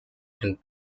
and